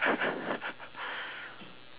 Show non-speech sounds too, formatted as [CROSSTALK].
[BREATH]